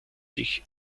sich